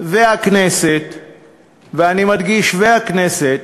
שבה נכתב